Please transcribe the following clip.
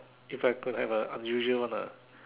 if I could have an unusual one ah